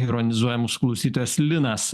ironizuoja mūsų klausytojas linas